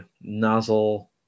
nozzle